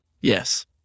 yes